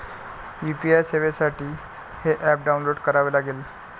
UPI सेवेसाठी हे app download करावे लागेल